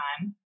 time